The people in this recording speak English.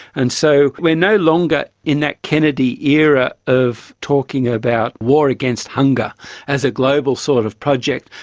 and so we are no longer in that kennedy era of talking about war against hunger as a global sort of project,